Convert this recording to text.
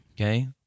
okay